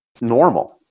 normal